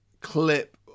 clip